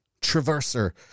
traverser